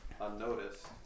unnoticed